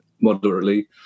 moderately